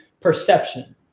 perception